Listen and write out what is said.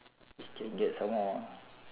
if can get some more